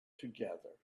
together